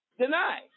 deny